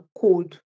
code